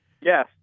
yes